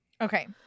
Okay